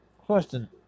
question